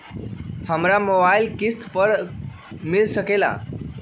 हमरा मोबाइल किस्त पर मिल सकेला?